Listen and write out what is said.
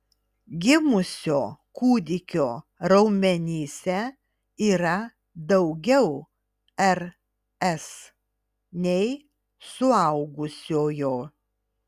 gimusio kūdikio raumenyse yra daugiau rs nei suaugusiojo